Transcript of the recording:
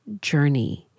journey